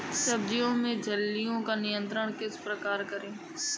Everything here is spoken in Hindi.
सब्जियों में इल्लियो का नियंत्रण किस प्रकार करें?